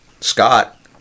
Scott